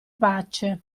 pace